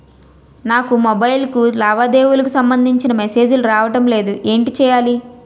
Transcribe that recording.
నాకు మొబైల్ కు లావాదేవీలకు సంబందించిన మేసేజిలు రావడం లేదు ఏంటి చేయాలి?